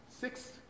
six